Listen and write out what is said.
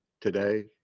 today